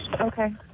Okay